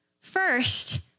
First